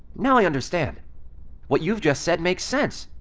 now i understand what you've just said makes sense!